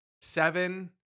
seven